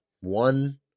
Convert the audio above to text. one